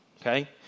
Okay